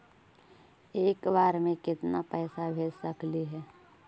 एक बार मे केतना पैसा भेज सकली हे?